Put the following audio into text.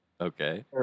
Okay